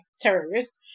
terrorists